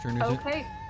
Okay